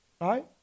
Right